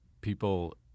people